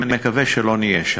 אני מקווה שלא נהיה שם.